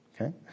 Okay